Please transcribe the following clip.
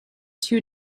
two